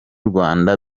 rwanda